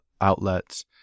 outlets